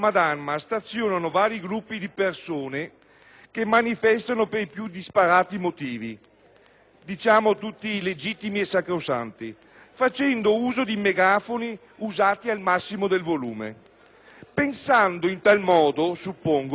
diciamo tutti legittimi e sacrosanti, facendo uso di megafoni utilizzati al massimo del volume, pensando in tal modo - suppongo - di essere maggiormente ascoltati e di avere la possibilità